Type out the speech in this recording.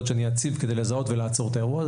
שאני אציב כדי לזהות ולעצור את האירוע,